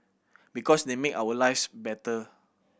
because they make our lives better